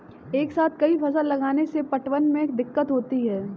एक साथ कई फसल लगाने से पटवन में दिक्कत होती है